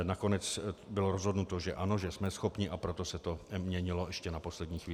Nakonec bylo rozhodnuto, že ano, že jsme schopni, a proto se to měnilo ještě na poslední chvíli.